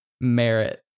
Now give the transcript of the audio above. merit